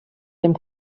dem